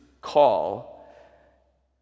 call